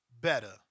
better